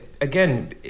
again